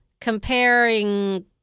comparing